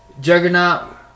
Juggernaut